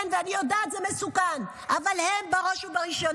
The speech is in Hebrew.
כן, ואני יודעת, זה מסוכן, אבל הם בראש ובראשונה.